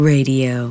Radio